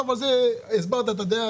אז הסברת את הדעה,